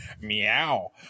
Meow